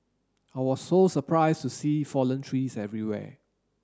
I was so surprised to see fallen trees everywhere